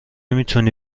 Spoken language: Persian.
میتونی